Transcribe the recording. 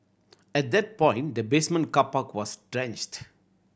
at that point the basement car park was drenched